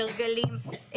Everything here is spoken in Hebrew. הרגלים?